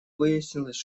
выяснилось